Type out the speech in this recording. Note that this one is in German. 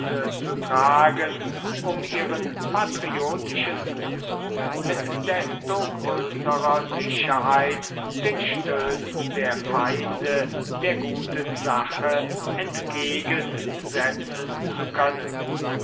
zu tragen um ihren patriotischen busen mit desto größerer sicherheit den stößen der feinde der guten sache entgegensetzen zu können